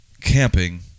camping